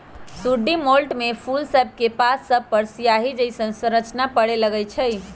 sooty mould में फूल सभके पात सभपर सियाहि जइसन्न संरचना परै लगैए छइ